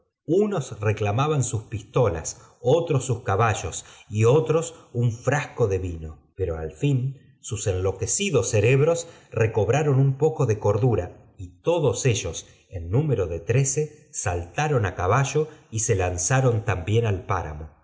unos reclamaban sus pistolas otros sus caballos y otros un frasco de vino pero al fin sus enloquecidos cerebros recobraron un poco de cordura y todos ellos en nú j mero de trece saltaron á caballo y se lanzaron también al páramo